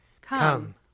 Come